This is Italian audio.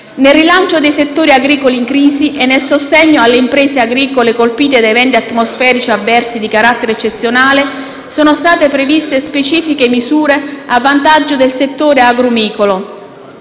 Nel rilancio dei settori agricoli in crisi e nel sostegno alle imprese agricole colpite da eventi atmosferici avversi di carattere eccezionale sono state previste specifiche misure a vantaggio del settore agrumicolo.